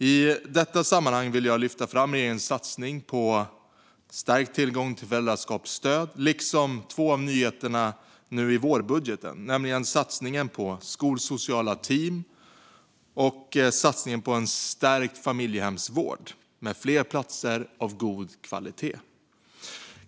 I detta sammanhang vill jag lyfta fram regeringens satsning på stärkt tillgång till föräldraskapsstöd liksom två av nyheterna i vårbudgeten, nämligen satsningen på skolsociala team och satsningen på stärkt familjehemsvård med fler platser av god kvalitet.